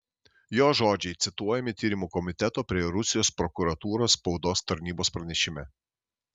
jo žodžiai cituojami tyrimų komiteto prie rusijos prokuratūros spaudos tarnybos pranešime